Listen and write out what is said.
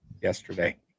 yesterday